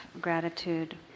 gratitude